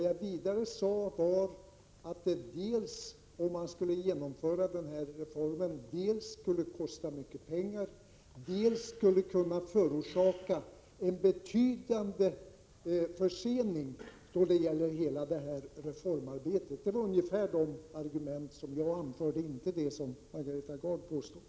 Jag sade vidare att om man skulle genomföra den reformen skulle det dels kosta mycket pengar, dels förorsaka betydande förseningar av hela reformarbetet. Det var ungefär de argument som jag anförde — inte det Margareta Gard tog upp.